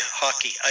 hockey